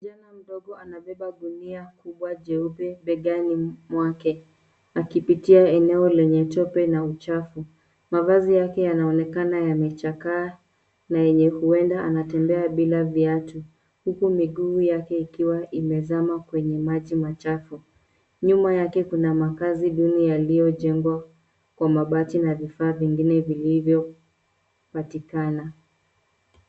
Kijana mdogo anabeba gunia kubwa jeupe begani mwake, akipitia eneo lenye tope na uchafu. Mavazi yake yanaonekana yamechakaa na yenye huenda anatembea bila viatu, huku miguu yake ikiwa imezama kwenye uchafu. Nyuma yake kuna makazi duni yaliyojengwa kwa mabati na vifaa vingine vilivyopatikana.